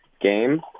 game